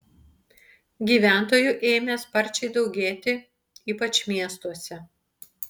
gyventojų ėmė sparčiai daugėti ypač miestuose